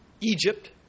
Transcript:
Egypt